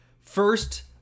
first